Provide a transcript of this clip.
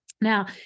Now